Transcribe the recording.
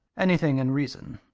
anything in reason.